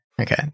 okay